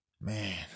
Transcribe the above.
Man